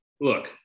look